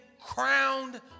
crowned